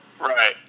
Right